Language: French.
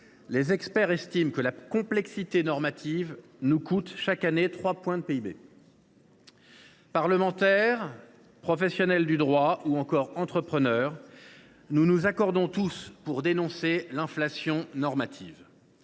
Les experts estiment que la complexité normative nous coûte chaque année 3 points de PIB. Parlementaires, professionnels du droit ou encore entrepreneurs, nous nous accordons tous pour dénoncer l’inflation normative.